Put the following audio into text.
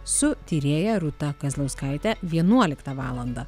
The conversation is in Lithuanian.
su tyrėja rūta kazlauskaite vienuoliktą valandą